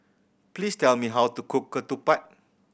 please tell me how to cook ketupat